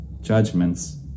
judgments